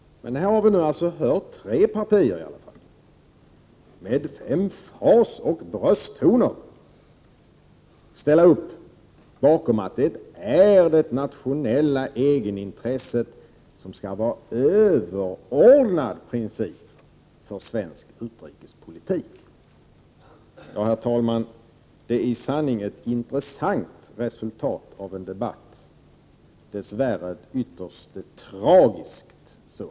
Men här har vi nu hört representanter från tre partier uttala sig med emfas och brösttoner och ställa sig bakom att det internationella egenintresset skall vara överordnad princip för svensk utrikespolitik. Det är, herr talman, i sanning ett intressant resultat av en debatt. Dess värre är det ett ytterst tragiskt sådant.